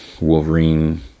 wolverine